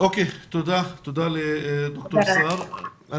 תודה לד"ר סהר.